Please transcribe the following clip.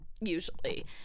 usually